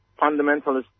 fundamentalist